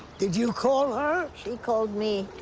did you call her? she called me.